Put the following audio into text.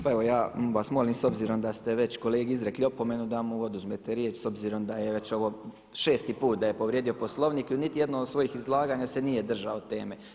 Pa evo ja vas molim s obzirom da ste već kolegi izrekli opomenu da mu oduzmete riječ s obzirom da je već ovo 6. put da je povrijedio Poslovnik i u niti jednom od svojih izlaganja se nije držao teme.